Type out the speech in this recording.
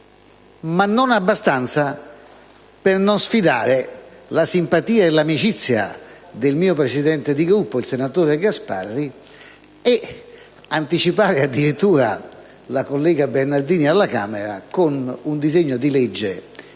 furono sufficienti a non sfidare la simpatia e l'amicizia del mio presidente di Gruppo, senatore Gasparri, anticipando addirittura la collega Bernardini alla Camera, con un disegno di legge